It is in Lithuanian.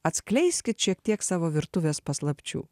atskleiskit šiek tiek savo virtuvės paslapčių